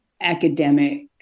academic